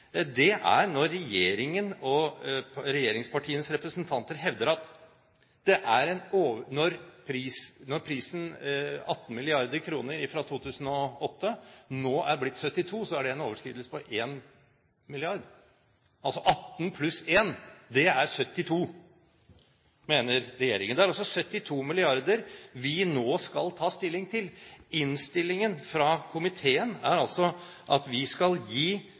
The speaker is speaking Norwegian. hevder at når prisen på 18 mrd. kr fra 2008 nå er blitt 72 mrd., er det en overskridelse på 1 mrd. – 18 pluss 1 er altså 72, mener regjeringen. Det er altså 72 mrd. kr vi nå skal ta stilling til. Innstillingen fra komiteen er at vi skal gi